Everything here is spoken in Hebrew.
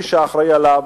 מי שאחראי לו,